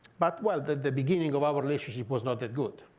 but well, the beginning of our relationship was not that good.